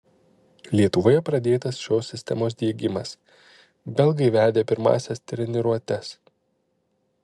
lietuvoje pradėtas šios sistemos diegimas belgai vedė pirmąsias treniruotes